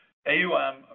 AUM